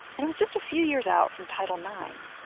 and it was just a few years out from title nine.